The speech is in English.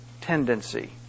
tendency